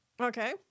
Okay